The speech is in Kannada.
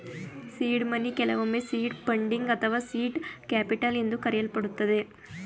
ಸೀಡ್ ಮನಿ ಕೆಲವೊಮ್ಮೆ ಸೀಡ್ ಫಂಡಿಂಗ್ ಅಥವಾ ಸೀಟ್ ಕ್ಯಾಪಿಟಲ್ ಎಂದು ಕರೆಯಲ್ಪಡುತ್ತದೆ